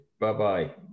Bye-bye